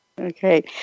Okay